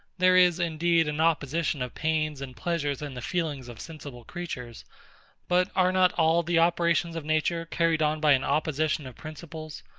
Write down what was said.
there is indeed an opposition of pains and pleasures in the feelings of sensible creatures but are not all the operations of nature carried on by an opposition of principles,